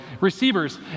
receivers